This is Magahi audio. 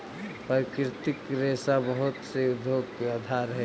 प्राकृतिक रेशा बहुत से उद्योग के आधार हई